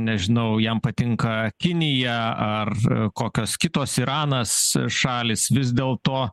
nežinau jam patinka kinija ar kokios kitos iranas šalys vis dėl to